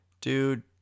dude